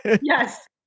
Yes